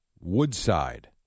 Woodside